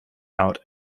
out